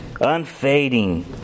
unfading